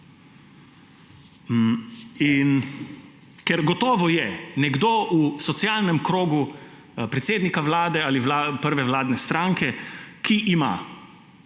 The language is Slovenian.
Ker gotovo je nekdo v socialnem krogu predsednika Vlade ali prve vladne stranke, ki ima